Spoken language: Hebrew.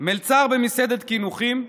מלצר במסעדת קינוחים,